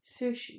Sushi